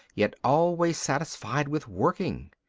yet always satisfied with working?